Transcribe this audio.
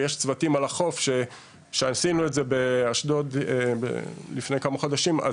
יש צוותים על החוף שעשינו את זה לפני כמה חודשים באשדוד